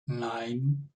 nein